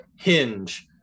Hinge